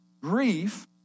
Grief